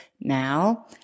now